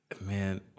man –